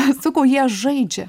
sakau jie žaidžia